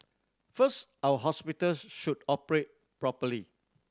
first our hospitals should operate properly